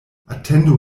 atendu